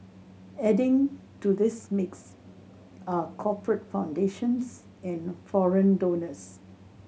adding to this mix are corporate foundations and foreign donors